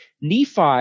Nephi